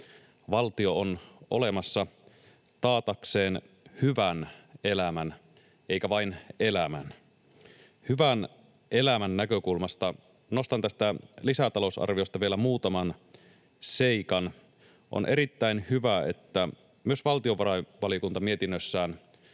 valtio on olemassa taatakseen hyvän elämän eikä vain elämää. Hyvän elämän näkökulmasta nostan tästä lisätalousarviosta vielä muutaman seikan. On erittäin hyvä, että myös valtiovarainvaliokunta mietinnössään